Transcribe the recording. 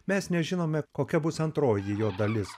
mes nežinome kokia bus antroji jo dalis